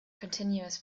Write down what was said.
continuous